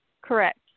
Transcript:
Correct